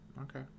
Okay